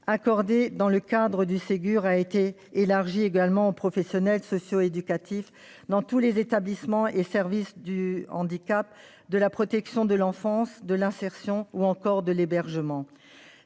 accordée dans le cadre du Ségur de la santé, a été élargie également aux professionnels du secteur socio-éducatif dans tous les établissements et services du handicap, de la protection de l'enfance, de l'insertion ou encore de l'hébergement.